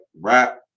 rap